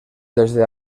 desde